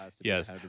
yes